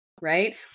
right